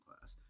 class